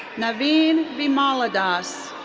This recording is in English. naveen vimalathas.